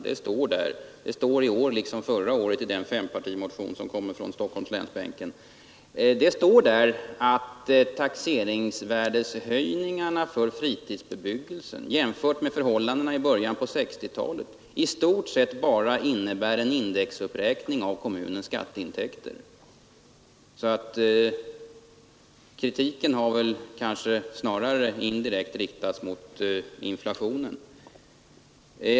Det står i år liksom förra året i fempartimotionen från Stockholmslänsbänken, att taxeringsvärdeshöjningarna för fritidsbebyggelsen jämfört med förhållandena i början på 1960-talet i stort sett bara innebär en indexuppräkning av kommunens skatteintäkter. Kritiken har kanske snarare indirekt riktats mot inflationen.